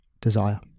desire